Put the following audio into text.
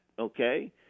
Okay